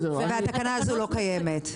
והתקנה הזו לא קיימת.